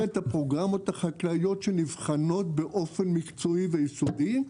את הפרוגרמות החקלאיות שנבחנות באופן מקצועי וייסודי,